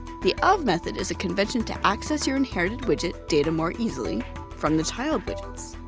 the of method is a convention to access your inheritedwidget data more easily from the child widgets.